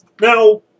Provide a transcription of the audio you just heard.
Now